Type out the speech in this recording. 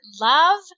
love